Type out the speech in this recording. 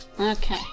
Okay